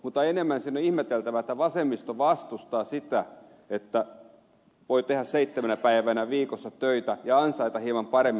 mutta enemmän siinä on ihmeteltävää että vasemmisto vastustaa sitä että voi tehdä seitsemänä päivänä viikossa töitä ja ansaita hieman paremmin